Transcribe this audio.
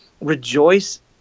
rejoice